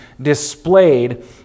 displayed